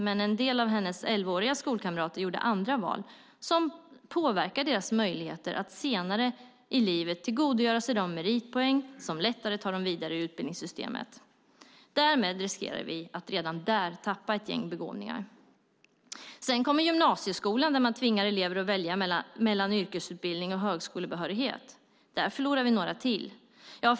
Men en del av hennes elvaåriga skolkamrater gjorde andra val som påverkar deras möjligheter att senare i livet tillgodogöra sig de meritpoäng som lättare tar dem vidare i utbildningssystemet. Därmed riskerar vi att redan där tappa ett gäng begåvningar. Sedan kommer gymnasieskolan där man tvingar elever att välja mellan yrkesutbildning och högskolebehörighet. Där förlorar vi några till.